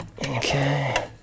Okay